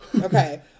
okay